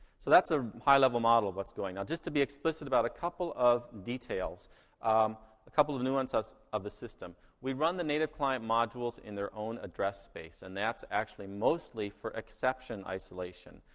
so that's a high level model of what's going on. just to be explicit about a couple of details a couple of nuances of the system we run the native client modules in their own address space, and that's actually mostly for exception isolation.